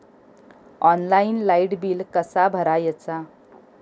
Online light bill कसा भरायचा?